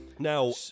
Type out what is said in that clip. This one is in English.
Now